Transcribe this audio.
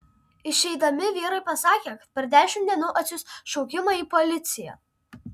išeidami vyrai pasakė kad per dešimt dienų atsiųs šaukimą į policiją